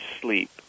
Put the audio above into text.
sleep